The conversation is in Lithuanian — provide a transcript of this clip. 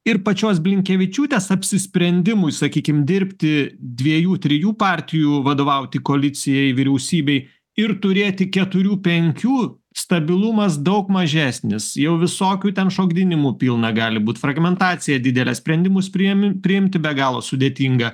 ir pačios blinkevičiūtės apsisprendimui sakykim dirbti dviejų trijų partijų vadovauti koalicijai vyriausybei ir turėti keturių penkių stabilumas daug mažesnis jau visokių ten šokdinimų pilna gali būt fragmentacija didelė sprendimus priėmi priimti be galo sudėtinga